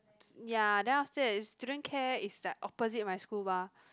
ya then after that student care is like opposite my school mah